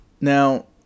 Now